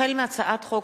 החל בהצעת חוק